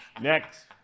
Next